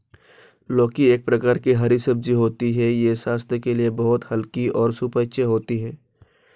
लौकी एक प्रकार की हरी सब्जी होती है यह स्वास्थ्य के लिए बहुत हल्की और सुपाच्य होती है